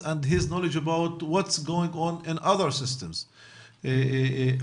ומהידע שלו על מה קורה במערכות אחרות בעולם,